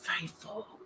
faithful